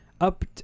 up